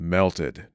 Melted